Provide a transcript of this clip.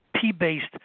P-based